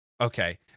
Okay